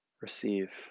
Receive